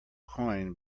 coin